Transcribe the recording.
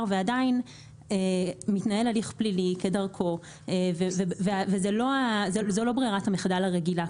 ועדיין מתנהל הליך פלילי וזו לא ברירת המחדל הרגילה.